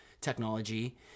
technology